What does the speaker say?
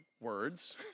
words